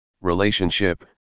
Relationship